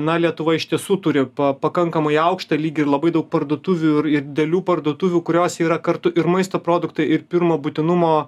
na lietuva iš tiesų turi pa pakankamai aukštą lygį ir labai daug parduotuvių ir ir didelių parduotuvių kurios yra kartu ir maisto produktai ir pirmo būtinumo